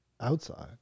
outside